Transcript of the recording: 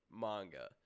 manga